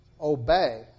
obey